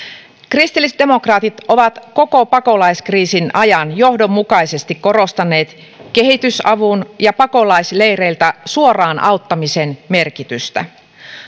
kristillisdemokraatit ovat koko pakolaiskriisin ajan johdonmukaisesti korostaneet kehitysavun ja pakolaisleireiltä suoraan auttamisen merkitystä